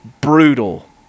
brutal